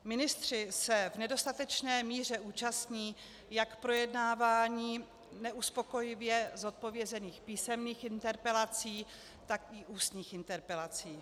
Ministři se v nedostatečné míře účastní jak projednávání neuspokojivě zodpovězených písemných interpelací, tak ústních interpelací.